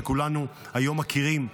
שכולנו מכירים היום.